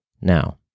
Now